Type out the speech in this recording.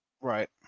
Right